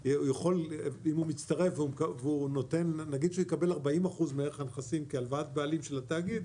אם הוא מצטרף ונגיד שהוא יקבל 40% מערך הנכסים כהלוואת בעלים של התאגיד,